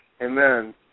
Amen